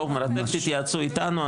תתייעצו איתנו,